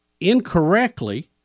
incorrectly